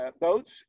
Boats